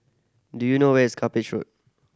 do you know where is Cuppage Road